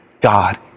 God